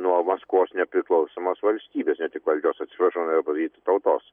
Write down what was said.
nuo maskvos nepriklausomos valstybės ne tik valdžios atsiprašau norėjau pasakyti tautos